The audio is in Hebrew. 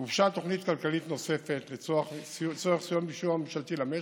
גובשה תוכנית כלכלית נוספת לצורך סיוע ממשלתי למשק,